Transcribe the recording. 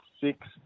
six